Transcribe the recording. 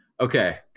Okay